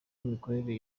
imikorere